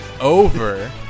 Over